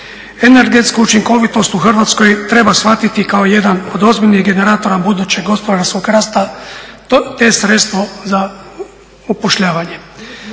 Energetsku učinkovitost u Hrvatskoj treba shvatiti kao jedan od ozbiljnih generatora budućeg gospodarskog rasta, te sredstvo za upošljavanje.